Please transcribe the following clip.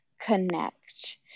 connect